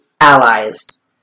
allies